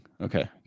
Okay